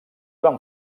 van